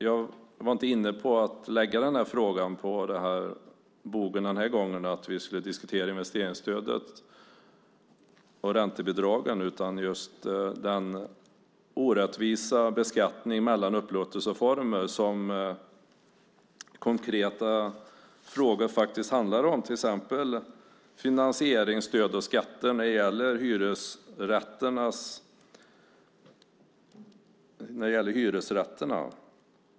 Jag var inte inne på att den här gången ställa frågan på den bogen att vi skulle diskutera investeringsstödet och räntebidragen. Det är den orättvisa beskattning av upplåtelseformer som min fråga handlar om. Det gäller till exempel finansieringsstöd och skatter när det gäller hyresrätter.